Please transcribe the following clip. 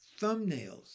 thumbnails